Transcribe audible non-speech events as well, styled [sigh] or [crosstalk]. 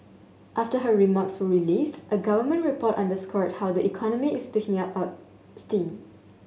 after her remarks were released a government report underscored how the economy is picking up [hesitation] steam